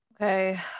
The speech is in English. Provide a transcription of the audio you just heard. Okay